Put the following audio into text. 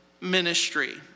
ministry